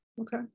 okay